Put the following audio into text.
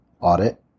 audit